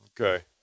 Okay